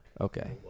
Okay